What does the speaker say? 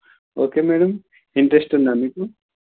okay madam interest ఉందా మీకు